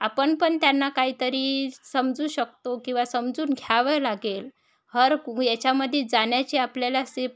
आपण पण त्यांना काहीतरी समजू शकतो किंवा समजून घ्यावं लागेल हर कु याच्यामध्ये जाण्याची आपल्याला सेफ